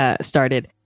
started